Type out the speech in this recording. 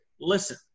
listen